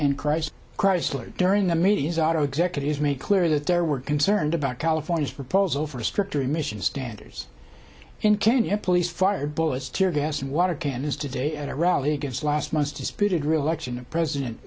and chrysler chrysler during the meeting is auto executives make clear that there were concerned about california's proposal for stricter emission standards in kenya police fired bullets tear gas and water cannons today at a rally against last month's disputed reelection of president